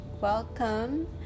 welcome